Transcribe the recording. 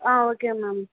ah okay ma'am